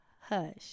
Hush